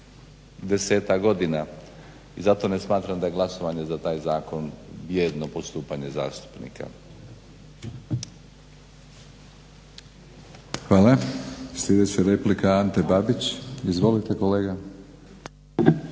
10-tak godina i zato ne smatram da je glasovanje za taj zakon jedno postupanje zastupnika. **Batinić, Milorad (HNS)** Hvala. Sljedeća replika, Ante Babić. Izvolite kolega.